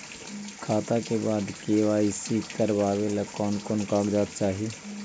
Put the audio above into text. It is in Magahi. खाता के के.वाई.सी करावेला कौन कौन कागजात चाही?